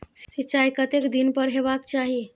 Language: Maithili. सिंचाई कतेक दिन पर हेबाक चाही?